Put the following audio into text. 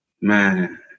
man